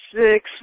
six